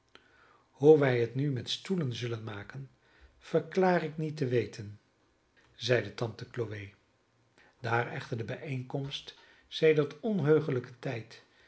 hoe wij het nu met stoelen zullen maken verklaar ik niet te weten zeide tante chloe daar echter de bijeenkomst sedert onheuglijken tijd